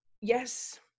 yes